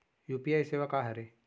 UPI सेवा का हरे?